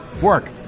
Work